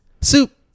Soup